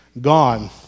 gone